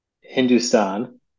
Hindustan